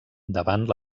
davant